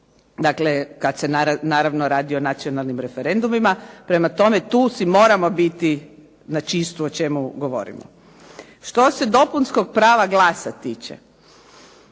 Dakle, kad se naravno radi o nacionalnim referendumima, prema tome tu si moramo biti na čistu o čemu govorimo. Što se dopunskog prava glasa tiče,